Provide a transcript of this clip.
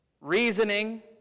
reasoning